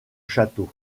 château